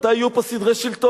מתי יהיו פה סדרי שלטון?